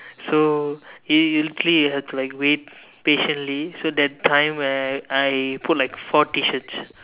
so usually you have to like wait patiently so that time where I put like four T-shirts